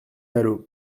dalloz